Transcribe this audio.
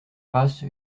race